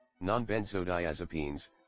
Non-Benzodiazepines